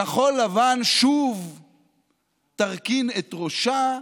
כחול לבן שוב תרכין את ראשה,